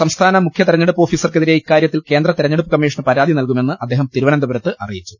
സംസ്ഥാന മുഖ്യ തെരഞ്ഞെടുപ്പ് ഓഫീ സർക്കെതിരെ ഇക്കാരൃത്തിൽ കേന്ദ്ര തെരഞ്ഞെടുപ്പ് കമ്മീഷന് പരാതിനൽകുമെന്ന് അദ്ദേഹം തിരുവനന്തപുരത്ത് അറിയിച്ചു